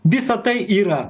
visa tai yra